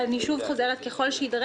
אני חוזרת שוב, ככל שיידרש.